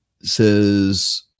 says